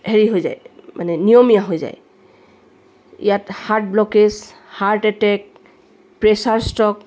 হেৰি হৈ যায় মানে নিয়মীয়া হৈ যায় ইয়াত heart blockage heart attack pressure stroke